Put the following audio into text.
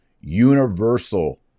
Universal